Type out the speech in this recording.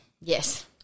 Yes